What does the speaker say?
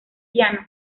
piano